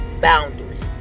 boundaries